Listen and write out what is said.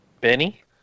Benny